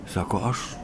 sako aš